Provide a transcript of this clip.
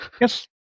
Yes